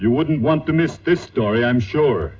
you wouldn't want to miss this story i'm sure